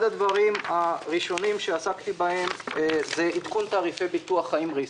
אחד הדברים הראשונים שעסקתי בהם הוא עדכון תעריפי ביטוח חיים ריסק.